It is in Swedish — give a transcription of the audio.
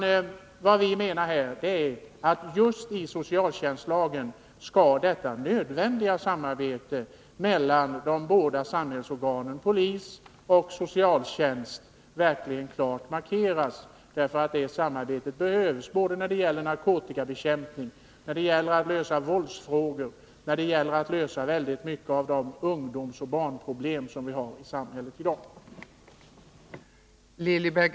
Vad vi menar är att detta nödvändiga samarbete mellan de båda samhällsorganen polis och socialtjänst verkligen klart skall markeras även i socialtjänstlagen. Det samarbetet behövs både när det gäller narkotikabekämpning och när det gäller lösningen av våldsfrågor och mycket av de ungdomsoch barnproblem som vi har i samhället i dag.